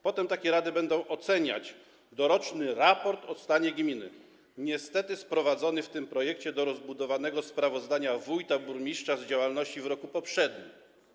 Potem takie rady będą oceniać doroczny raport o stanie gminy, niestety sprowadzony w tym projekcie do rozbudowanego sprawozdania wójta, burmistrza z działalności w roku poprzednim.